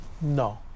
No